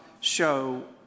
show